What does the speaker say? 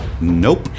nope